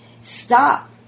Stop